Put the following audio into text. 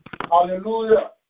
Hallelujah